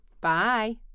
Bye